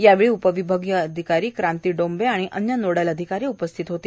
यावेळी उपविभागीय अधिकारी क्रांती डोंबे व अन्य नोडल अधिकारी उपस्थित होते